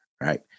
Right